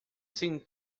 sem